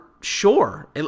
sure